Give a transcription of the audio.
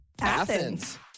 Athens